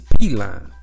P-Line